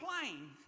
plane